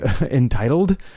entitled